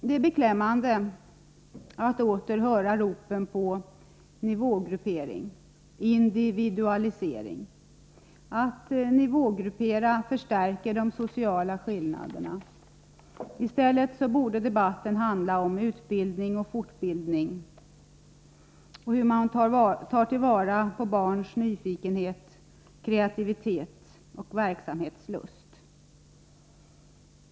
Det är beklämmande att åter höra ropen nå nivågruppering och individualisering, att nivågruppera förstärker de sociala skillnaderna. I stället borde debatten handla om utbildning och fortbildning och om hur man tar vara på barns nyfikenhet, kreativitet och verksamhetslust.